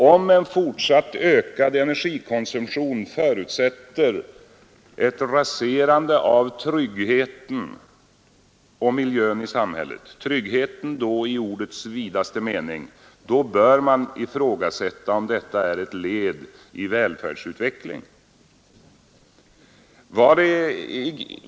Om en fortsatt ökad energikonsumtion förutsätter ett raserande av tryggheten och miljön i samhället — tryggheten i ordets vidaste mening — bör man ifrågasätta om detta är ett led i välfärdsutvecklingen.